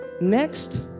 Next